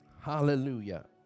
Hallelujah